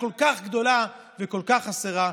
הכל-כך גדולה וכל כך חסרה.